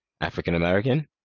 African-American